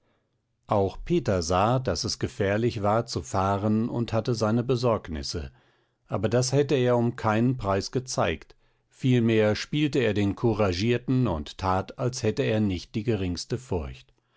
auch peter sah daß es gefährlich war zu fahren und hatte seine besorgnisse aber das hätte er um keinen preis gezeigt vielmehr spielte er den couragierten und tat als hätte er nicht die geringste furcht